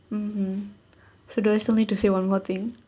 mmhmm so do I just only to say one more thing